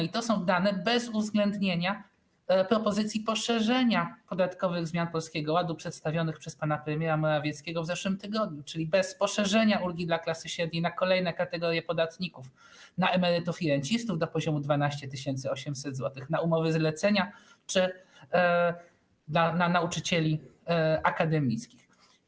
I to są dane bez uwzględnienia propozycji poszerzenia podatkowych zmian Polskiego Ładu przedstawionych przez pana premiera Morawieckiego w zeszłym tygodniu, czyli bez poszerzenia ulgi dla klasy średniej na kolejne kategorie podatników: na emerytów i rencistów do poziomu 12 800 zł, na umowy zlecenia czy na nauczycieli akademickich.